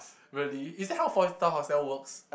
really is that how five star hotel works